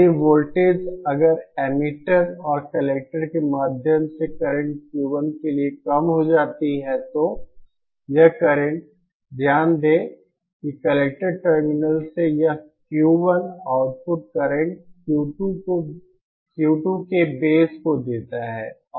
यदि वोल्टेज अगर एमिटर और कलेक्टर के माध्यम से करंट Q1 के लिए कम हो जाती है तो यह करंट ध्यान दें कि कलेक्टर टर्मिनल से यह Q1 आउटपुट करंट Q2 के बेस को देता है